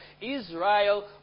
Israel